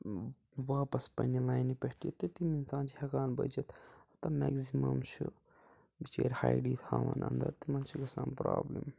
واپَس پَننہِ لاینہِ پٮ۪ٹھ یِتھ تہٕ تِم اِنسان چھِ ہیٚکان بٔچِتھ میکزِمَم چھِ بِچٲرۍ ہایڈی تھاوان اَنٛدَر تِمَن چھِ گَژھان پرابلِم